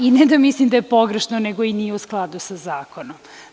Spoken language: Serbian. I ne da mislim da je pogrešno, nego i nije u skladu sa zakonom.